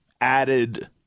added